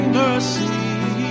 mercy